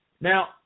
Now